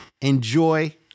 Enjoy